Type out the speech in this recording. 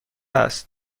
است